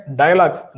dialogues